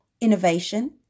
innovation